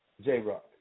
J-Rock